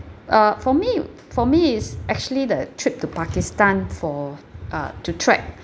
uh for me for me it's actually the trip to pakistan for uh to track